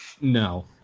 No